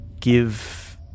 give